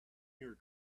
your